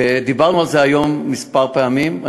ודיברנו על זה היום כמה פעמים.